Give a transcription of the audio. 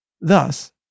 Thus